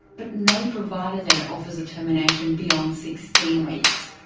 but no provider there offers a termination beyond sixteen weeks.